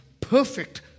perfect